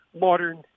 modern